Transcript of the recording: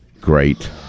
great